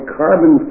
carbon